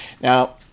Now